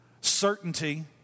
certainty